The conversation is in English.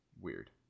weird